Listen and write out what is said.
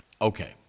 Okay